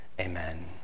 Amen